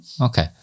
Okay